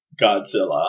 Godzilla